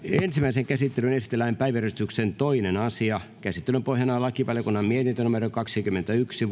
ensimmäiseen käsittelyyn esitellään päiväjärjestyksen toinen asia käsittelyn pohjana on lakivaliokunnan mietintö kaksikymmentäyksi